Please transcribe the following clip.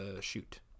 shoot